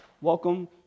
Welcome